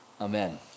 amen